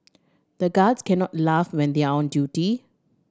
the guards can not laugh when they are on duty